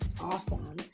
Awesome